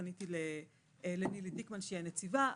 פניתי לנילי דיקמן שהיא הנציבה.